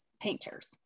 painters